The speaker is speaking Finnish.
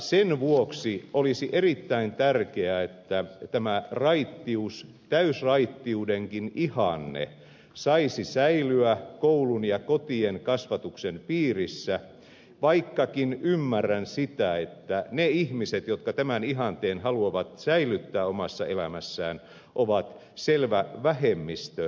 sen vuoksi olisi erittäin tärkeää että tämä raittius täysraittiudenkin ihanne saisi säilyä koulun ja kotien kasvatuksen piirissä vaikkakin ymmärrän sen että ne ihmiset jotka tämän ihanteen haluavat säilyttää omassa elämässään ovat jo selvä vähemmistö suomessa